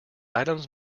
items